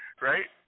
right